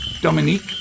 Dominique